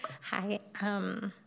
Hi